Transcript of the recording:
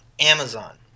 Amazon